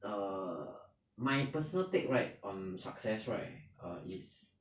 err my personal take right on success right err is